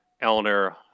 eleanor